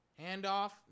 Handoff